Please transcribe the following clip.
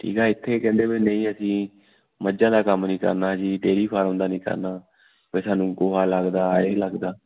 ਠੀਕ ਹੈ ਇੱਥੇ ਕਹਿੰਦੇ ਵੀ ਨਹੀਂ ਅਸੀਂ ਮੱਝਾਂ ਦਾ ਕੰਮ ਨਹੀਂ ਕਰਨਾ ਜੀ ਡੇਰੀ ਫਾਰਮ ਦਾ ਨਹੀਂ ਕਰਨਾ ਬਈ ਸਾਨੂੰ ਗੋਹਾ ਲੱਗਦਾ ਇਹ ਲੱਗਦਾ